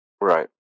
Right